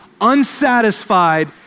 unsatisfied